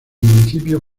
municipio